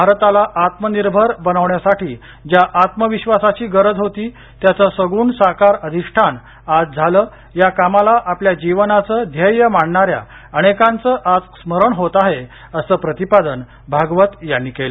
भारताला आत्मनिर्भर बनवण्यासाठी ज्या आत्मविश्वासाची गरज होती त्याचं सगुण साकार अधिष्ठान आज झालं या कामाला आपल्या जीवनाचं ध्येय मानणाऱ्या अनेकांचं आज स्मरण होत आहे असं प्रतिपादन भागवत यांनी केलं